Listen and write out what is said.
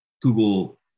Google